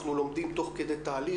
אנחנו לומדים תוך כדי תהליך,